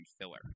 filler